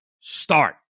start